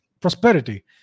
prosperity